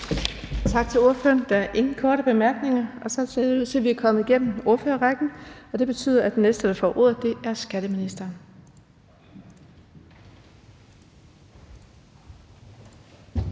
Tak til ordføreren. Der er ingen korte bemærkninger. Så ser det ud til, at vi er kommet igennem ordførerrækken, og det betyder, at den næste, der får ordet, er skatteministeren.